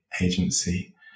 agency